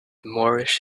moorish